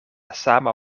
sama